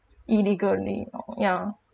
illegally know ya